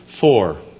Four